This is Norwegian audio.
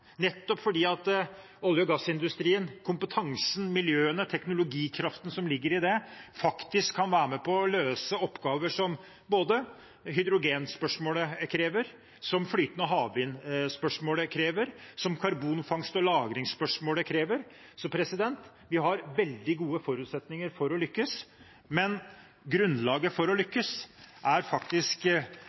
nettopp fordi olje- og gassindustrien og kompetansen, miljøene og teknologikraften som ligger i den, faktisk kan være med på å løse oppgaver som hydrogenspørsmålet krever, som flytende havvind-spørsmålet krever, og som karbonfangst og -lagringsspørsmålet krever. Så vi har veldig gode forutsetninger for å lykkes, men grunnlaget for å lykkes er